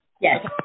Yes